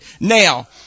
Now